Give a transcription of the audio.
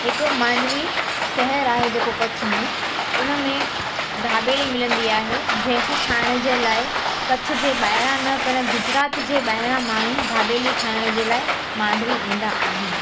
हिक मांडवी शेहर आहे जेको कच्छ में उनमें ढाबेली मिलंदी आहे जंहिंखे खाइण जे लाइ कच्छ जे ॿाहिरां न पण गुजरात जे ॿाहिरां माण्हूं ढाबेली खाइण जे लाइ मांडवी ईंदा आहिनि